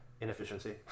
Inefficiency